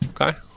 okay